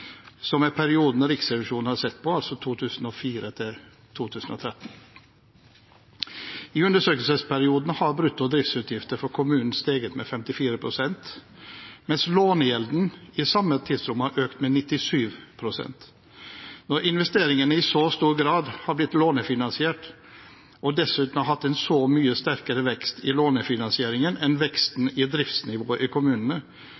som er perioden Riksrevisjonen har sett på, altså 2004–2013. I undersøkelsesperioden har brutto driftsutgifter for kommunene steget med 54 pst., mens lånegjelden i samme tidsrom har økt med 97 pst. Når investeringene i så stor grad har blitt lånefinansiert, og en dessuten har hatt mye sterkere vekst i lånefinansieringen enn veksten i driftsnivået i kommunene,